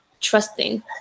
trusting